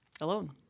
alone